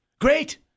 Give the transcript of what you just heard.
Great